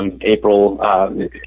April